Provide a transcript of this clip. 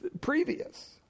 previous